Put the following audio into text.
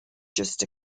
just